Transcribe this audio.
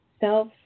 self